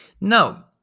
Now